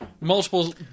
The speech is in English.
multiple